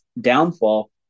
downfall